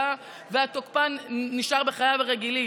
והתוקפן נשאר בחייו הרגילים.